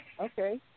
Okay